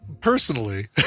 personally